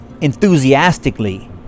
enthusiastically